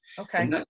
okay